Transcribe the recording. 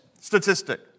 statistic